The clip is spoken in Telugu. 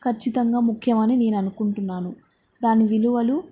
ఖచ్చితంగా ముఖ్యమని నేను అనుకుంటున్నాను దాని విలువలు